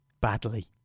badly